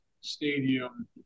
stadium